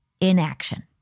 inaction